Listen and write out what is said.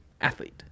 athlete